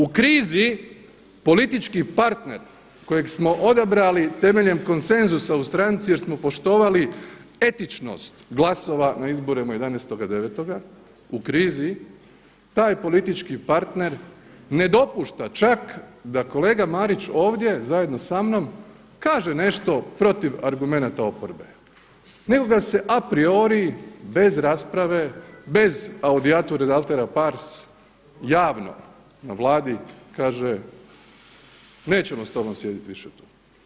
U krizi politički partner kojeg smo odabrali temeljem konsenzusa u stranci jer smo poštovali etičnost glasova na izborima 11.9., u krizi, taj politički partner ne dopušta čak da kolega Marić ovdje zajedno samnom kaže nešto protiv argumenata oporbe nego ga se a priori bez rasprave, bez autiatur et altera pars, javno na Vladi kaže, nećemo s tobom sjediti više tu.